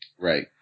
Right